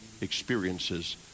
experiences